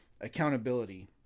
accountability